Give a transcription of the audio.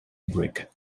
brig